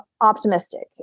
optimistic